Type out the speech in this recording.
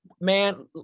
Man